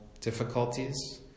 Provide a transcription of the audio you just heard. difficulties